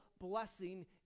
blessing